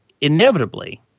inevitably